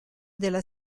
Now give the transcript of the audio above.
della